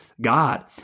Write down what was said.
God